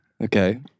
Okay